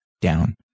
down